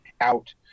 out